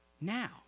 now